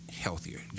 healthier